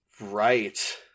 Right